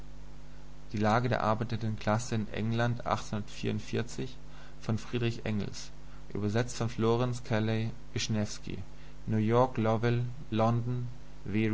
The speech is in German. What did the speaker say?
die lage der arbeitenden klasse in england von friedrich engels übersetzt von florence kelley wischnewetzky new york